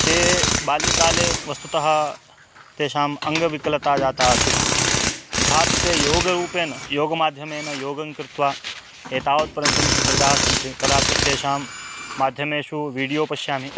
ते बाल्यकाले वस्तुतः तेषाम् अङ्गविकलता जाता आसीत् तथापि ते योगरूपेण योगमाध्यमेन योगं कृत्वा एतावत्पर्यन्तं सुदृढाः सन्ति कदाचित् तेषां माध्यमेषु वीडियो पश्यामि